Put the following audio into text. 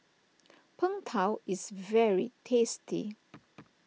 Png Tao is very tasty